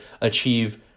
achieve